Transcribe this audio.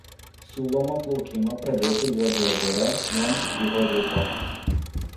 siūloma plaukimą pradėti luodžio ežere nuo ankstyvo ryto